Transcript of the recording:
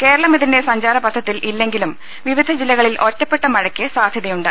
കേരളം ഇതിന്റെ സഞ്ചാരപഥത്തിൽ ഇല്ലെങ്കിലും വിവിധ ജില്ലകളിൽ ഒറ്റ പ്പെട്ട ശക്തമായ മഴക്ക് സാധ്യതയുണ്ട്